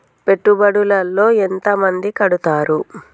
పెట్టుబడుల లో ఎంత మంది కడుతరు?